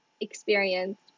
experience